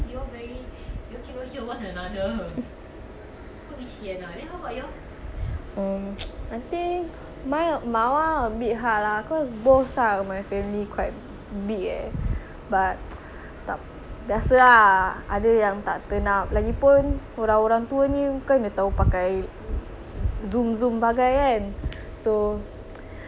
oh I think my [one] a bit hard ah cause both side of my family quite big eh but biasa ah ada yang tak turn up lagipun orang orang tua ni bukannya tahu pakai zoom zoom bagai kan so ada yang datang ada yang tak datang ah abeh like for you then did you dress up